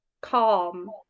calm